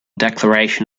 declaration